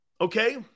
Okay